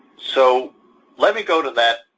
so let me go to that,